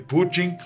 Putin